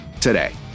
today